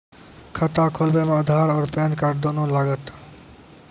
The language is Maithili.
खाता खोलबे मे आधार और पेन कार्ड दोनों लागत?